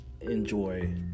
enjoy